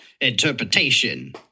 Interpretation